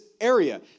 area